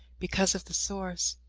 because of the source.